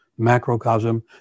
macrocosm